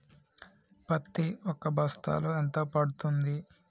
పత్తి ఒక బస్తాలో ఎంత పడ్తుంది?